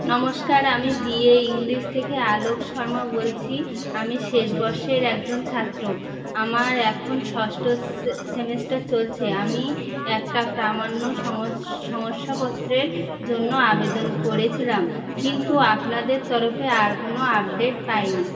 নমস্কার আমি B A English থেকে আলোক শর্মা বলছি আমি শেষ বর্ষের একজন ছাত্র আমার এখন ষষ্ঠ সে সেমেস্টার চলছে আমি একটা প্রামাণ্য শংস শংসাপত্রের জন্য আবেদন করেছিলাম কিন্তু আপনাদের তরফে আর কোনও আপডেট পাইনি